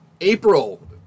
April